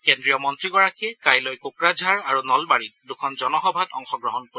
কেন্দ্ৰীয় গৃহমন্ত্ৰীগৰাকীয়ে কাইলৈ কোকৰাঝাৰ আৰু নলবাৰীত দুখন জনসভাত অংশগ্ৰহণ কৰিব